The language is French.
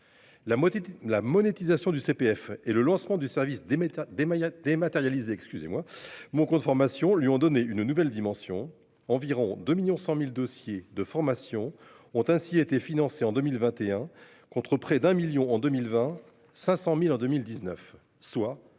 la monétisation du CPF et le lancement du service des des mayas dématérialisé excusez-moi mon compte formation, lui ont donné une nouvelle dimension. Environ 2.100.000 dossiers de formation ont ainsi été financés en 2021, contre près d'un million en 2020 500.000 en 2019, soit